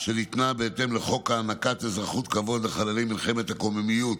והיא ניתנה בהתאם לחוק הענקת אזרחות כבוד לחללי מלחמת הקוממיות,